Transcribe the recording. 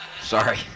Sorry